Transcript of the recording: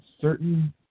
certain